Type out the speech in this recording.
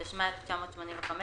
התשמ"ה-1985,